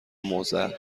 معضل